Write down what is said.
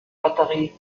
batterie